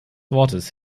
wortes